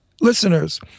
listeners